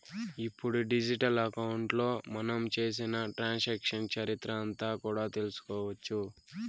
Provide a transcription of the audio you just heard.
ఇప్పుడు డిజిటల్ అకౌంట్లో మనం చేసిన ట్రాన్సాక్షన్స్ చరిత్ర అంతా కూడా తెలుసుకోవచ్చు